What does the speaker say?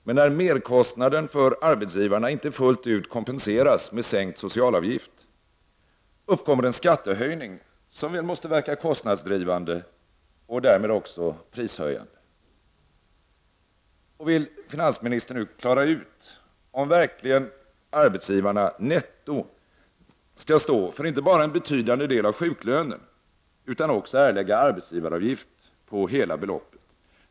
Men när merkostnaden för arbetsgivarna inte fullt ut kompenseras med sänkt socialavgift, uppkommer en skattehöjning som väl måste verka kostnadsdrivande och därmed också prishöjande. Vill finansministern klara ut om det verkligen är meningen att arbetsgivarna netto skall stå för inte bara en betydande del av sjuklönen utan också erlägga arbetsgivaravgift på hela beloppet.